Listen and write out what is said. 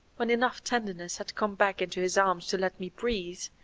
when enough tenderness had come back into his arms to let me breathe,